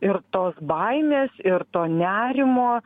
ir tos baimės ir to nerimo